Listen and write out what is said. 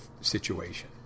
situation